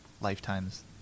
lifetimes